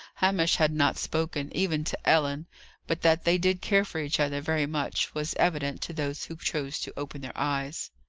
hamish had not spoken, even to ellen but, that they did care for each other very much, was evident to those who chose to open their eyes.